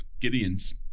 Gideon's